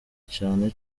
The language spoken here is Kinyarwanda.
cane